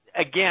again